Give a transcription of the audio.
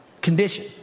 condition